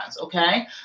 okay